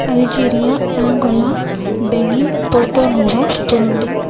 Algeria Angola Benin Porto Novo Burundi